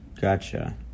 Gotcha